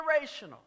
generational